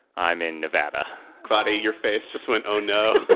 i'm in nevada claudia, your face just went, oh, no